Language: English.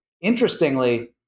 interestingly